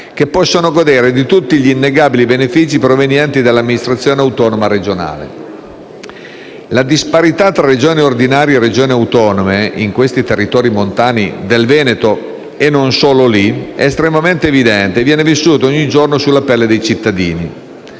che possono godere di tutti gli innegabili benefici provenienti dalla amministrazione autonoma regionale. La disparità tra Regioni ordinarie e Regioni autonome in questi territori montani del Veneto, e non solo lì, è estremamente evidente e viene vissuta ogni giorno sulla pelle dei cittadini.